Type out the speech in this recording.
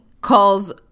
calls